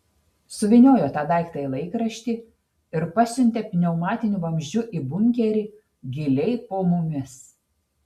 suvyniojo tą daiktą į laikraštį ir pasiuntė pneumatiniu vamzdžiu į bunkerį giliai po mumis